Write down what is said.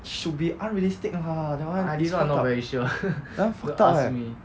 should be unrealistic lah that [one] it's fucked up !huh! fucked up eh